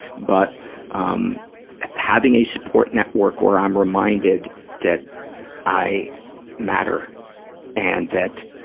but um having a support network where i'm reminded that i matter and that